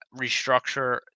restructure